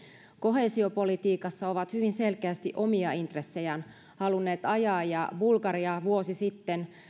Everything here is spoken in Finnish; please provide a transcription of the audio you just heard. koheesiopolitiikassa ovat hyvin selkeästi omia intressejään halunneet ajaa ja bulgaria vuosi sitten